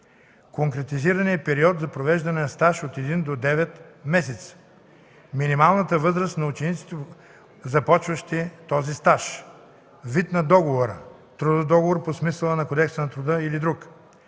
конкретизирания период на провеждания стаж от един до девет месеца; минималната възраст на учениците, започващи този стаж; вид на договора – трудов договор по смисъла на Кодекса на труда или друг;